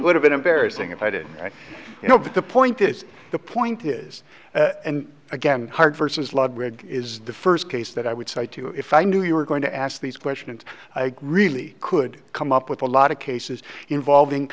would have been embarrassing if i did you know but the point is the point is and again hard vs ludwig is the first case that i would cite too if i knew you were going to ask these question and i really could come up with a lot of cases involving